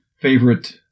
favorite